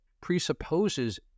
presupposes